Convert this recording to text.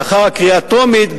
לאחר הקריאה הטרומית,